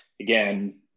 again